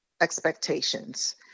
expectations